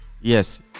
Yes